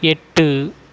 எட்டு